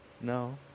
No